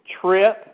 trip